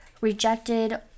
rejected